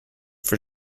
for